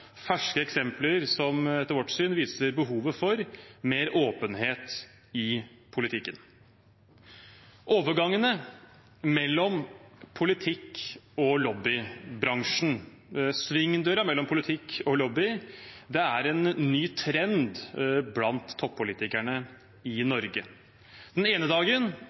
ferske eksempler som etter vårt syn viser behovet for mer åpenhet i politikken. Overgangene mellom politikk og lobbybransjen, svingdøren mellom politikk og lobby, er en ny trend blant toppolitikerne i Norge. Den ene dagen